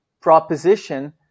proposition